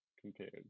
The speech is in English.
Compared